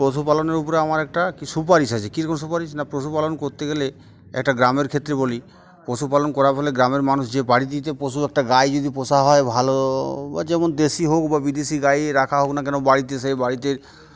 পশুপালনের উপরে আমার একটা কি সুপারিশ আছে কীরকম সুপারিশ না পশুপালন করতে গেলে একটা গ্রামের ক্ষেত্রে বলি পশুপালন করার ফলে গ্রামের মানুষ যে বাড়িতে পশু একটা গাই যদি পোষা হয় ভালো বা যেমন দেশি হোক বা বিদেশি গাই রাখা হোক না কেন বাড়িতে সেই বাড়িতে